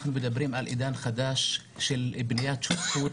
אנחנו מדברים על עידן חדש של בניית שותפות